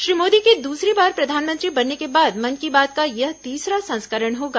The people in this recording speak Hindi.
श्री मोदी के दूसरी बार प्रधानमंत्री बनने के बाद मन की बात का यह तीसरा संस्करण होगा